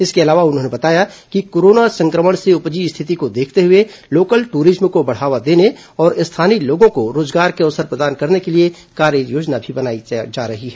इसके अलावा उन्होंने बताया कि कोरोना संक्रमण से उपजी स्थिति को देखते हुए लोकल टूरिज्म को बढ़ावा देने और स्थानीय लोगों को रोजगार के अवसर प्रदान करने के लिए कार्ययोजना भी तैयार की गई है